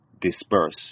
disperse